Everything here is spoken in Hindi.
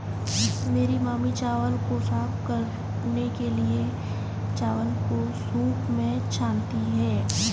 मेरी मामी चावल को साफ करने के लिए, चावल को सूंप में छानती हैं